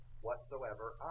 whatsoever